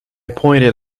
pointed